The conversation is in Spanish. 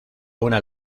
una